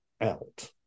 out